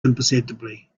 imperceptibly